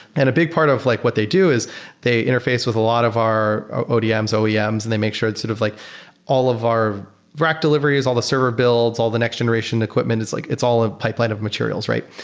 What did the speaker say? and a big part of like what they do is they interface with a lot of our odms, oems and they make sure it's sort of like all of our rack deliveries, all the server builds, all the next generation equipment is like it's all in pipeline of materials, right?